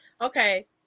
Okay